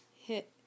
Hit